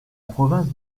province